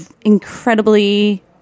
incredibly